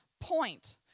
point